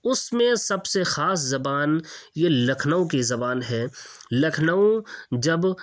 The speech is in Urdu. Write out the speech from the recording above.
اس میں سب سے خاص زبان یہ لكھنؤ كی زبان ہے لكھنؤ جب